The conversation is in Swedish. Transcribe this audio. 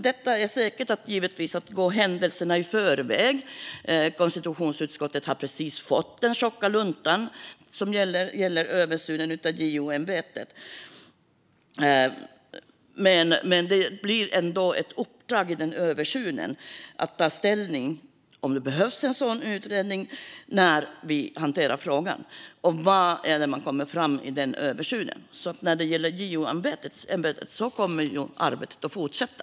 Detta är säkert att gå händelserna i förväg. Konstitutionsutskottet har precis fått den tjocka luntan om översynen av JO-ämbetet. Men när vi hanterar frågan och det man kommer fram till i översynen blir uppdraget att ta ställning till om det behövs en sådan utredning. När det gäller JO-ämbetet kommer arbetet att fortsätta.